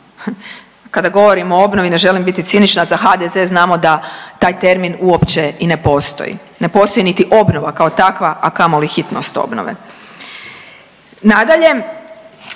Kada govorim o obnovi, ne želim biti cinična, za HDZ znamo da taj termin uopće i ne postoji, ne postoji niti obnova kao takva, a kamoli hitnost obnove. Nadalje,